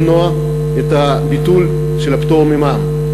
למנוע את ביטול הפטור ממע"מ.